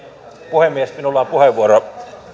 puhemies minulla on puheenvuoro